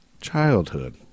childhood